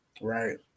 Right